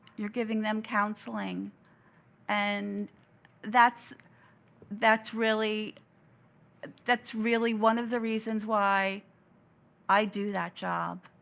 you're giving them counseling and that's that's really that's really one of the reasons why i do that job.